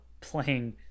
playing